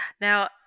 Now